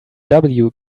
can